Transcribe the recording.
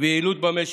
ויעילות במשק.